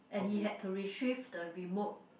and he had to retrieve the remote